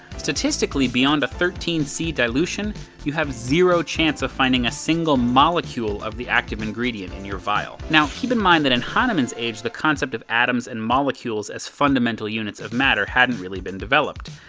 statistically, beyond a thirteen c dilution you have zero chance of finding a single molecule of the active ingredient in your vial. now, keep in mind that in hahnemann's age the concept of atoms and molecules as fundamental units of matter hadn't really been developed.